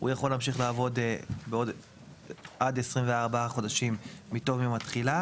הוא יכול להמשיך לעבוד עד 24 חודשים מתום יום התחילה,